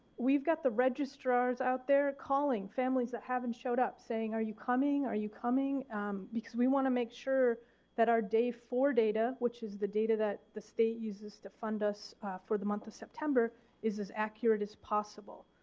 we've got the registrars out there calling families that haven't shown up saying are you coming? are you coming because we want to make sure that our day four data which is the data that the state uses to fund us for the month of september is as accurate as possible.